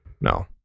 No